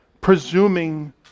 presuming